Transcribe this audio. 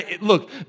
Look